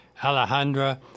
Alejandra